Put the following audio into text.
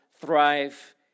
thrive